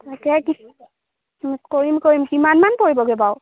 কৰিম কৰিম কিমান পৰিবগৈ বাৰু